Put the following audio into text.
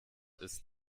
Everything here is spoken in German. ist